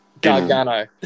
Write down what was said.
Gargano